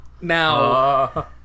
Now